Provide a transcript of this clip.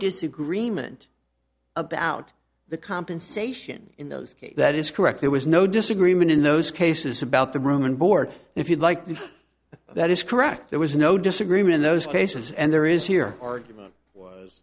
disagreement about the compensation in those case that is correct there was no disagreement in those cases about the room and board if you'd like to that is correct there was no disagreement in those cases and there is here argument was